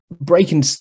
breaking